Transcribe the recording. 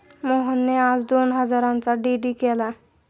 मोहनने आज दोन हजारांचा डी.डी केला